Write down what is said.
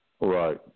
Right